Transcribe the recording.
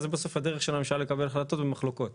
זה בסוף הדרך של הממשלה לקבל החלטות במחלוקות.